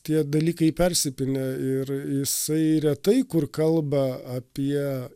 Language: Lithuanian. tie dalykai persipynę ir jisai retai kur kalba apie